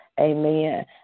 Amen